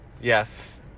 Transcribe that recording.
Yes